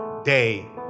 day